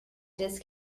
just